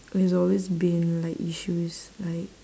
there's always been like issues like